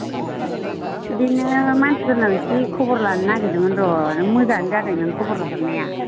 अ बिदिनो मानसिफोरनाव एसे खबर लानो नागिरदोंमोन र' मोजांआनो जादों नों खबर लाहरनाया